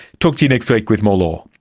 talk to you next week with more law